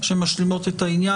שמשלימות את העניין,